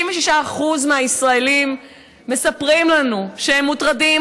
66% מהישראלים מספרים לנו שהם מוטרדים,